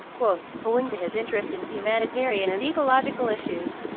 owing to his interest in humanitarian and ecological issues,